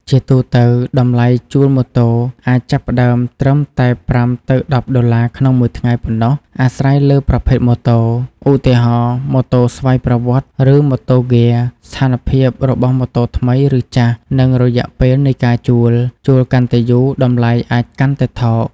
ជាទូទៅ តម្លៃជួលម៉ូតូ អាចចាប់ផ្ដើមត្រឹមតែ ៥ ទៅ ១០ ដុល្លារក្នុងមួយថ្ងៃ ប៉ុណ្ណោះ អាស្រ័យលើប្រភេទម៉ូតូ ឧទាហរណ៍ ម៉ូតូស្វ័យប្រវត្តិ ឬម៉ូតូហ្គែរ ស្ថានភាពរបស់ម៉ូតូថ្មី ឬចាស់ និងរយៈពេលនៃការជួល ជួលកាន់តែយូរ តម្លៃអាចកាន់តែថោក។